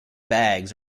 bags